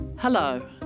Hello